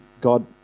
God